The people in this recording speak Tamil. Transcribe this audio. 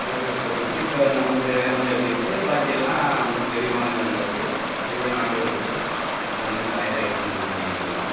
ரைஸ் உற்பத்தி பண்ணி இப்போ நமக்கு தேவையானதை எடுத்துக்கிட்டு பாக்கியெல்லாம் வெளி மாநிலங்களுக்கு வெளி நாடுகளுக்கு அந்த மாதிரி நிறையா ஏற்றுமதி பண்ணிக்கிட்டிருக்கோம்